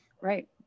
Right